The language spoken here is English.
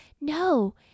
No